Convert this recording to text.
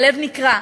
הלב נקרע.